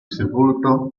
sepolto